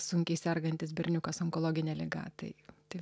sunkiai sergantis berniukas onkologine liga tai tik